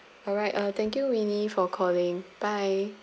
alright uh thank you winnie for calling bye